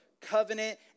covenant